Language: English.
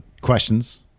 questions